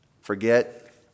forget